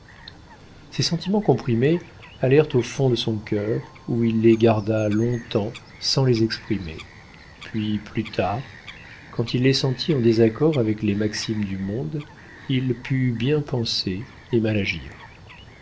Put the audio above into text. ses sentiments comprimés allèrent au fond de son cœur où il les garda long-temps sans les exprimer puis plus tard quand il les sentit en désaccord avec les maximes du monde il put bien penser et